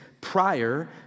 prior